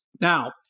Now